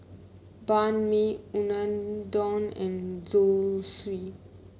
Banh Mi Unadon and Zosui